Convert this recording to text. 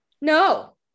No